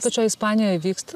pačioje ispanijoj vyksta